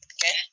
Okay